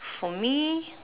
for me